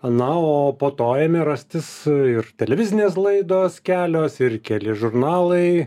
na o po to ėmė rastis ir televizinės laidos kelios ir keli žurnalai